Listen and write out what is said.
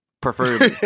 Preferably